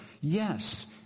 yes